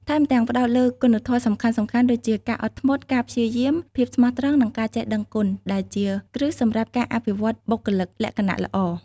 ថែមទាំង ផ្តោតលើគុណធម៌សំខាន់ៗដូចជា ការអត់ធ្មត់ ការព្យាយាម ភាពស្មោះត្រង់ និងការចេះដឹងគុណ ដែលជាគ្រឹះសម្រាប់ការអភិវឌ្ឍបុគ្គលិកលក្ខណៈល្អ។